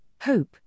hope